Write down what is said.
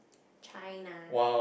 China